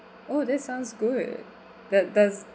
oh that sounds good does does